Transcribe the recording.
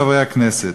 חברי הכנסת,